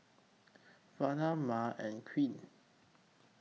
Vela Mya and Queen